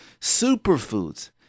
Superfoods